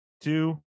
two